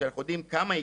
אנחנו יודעים כמה הגיעו,